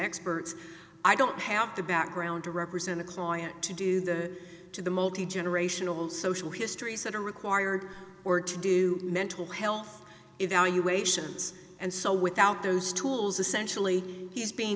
experts i don't have the background to represent a client to do the to the multi generational social histories that are required or to do mental health evaluations and so without those tools essentially he's being